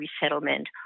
Resettlement